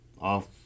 off